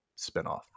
spinoff